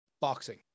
Boxing